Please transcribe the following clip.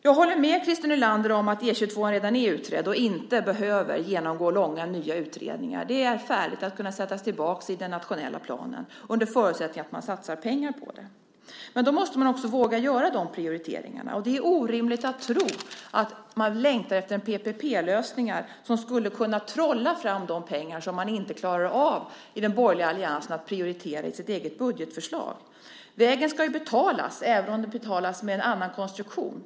Jag håller med Christer Nylander om att E 22:an redan är utredd och inte behöver genomgå långa nya utredningar. Den är färdig att kunna sättas tillbaka i den nationella planen, under förutsättning att man satsar pengar på det. Man måste våga göra de prioriteringarna. Man längtar efter PPP-lösningar som skulle kunna trolla fram de pengar som inte den borgerliga alliansen klarar av att prioritera i sitt eget budgetförslag. Vägen ska ju betalas, även om den betalas med en annan konstruktion.